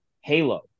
Halo